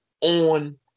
on